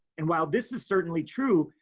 and while this is certainly true,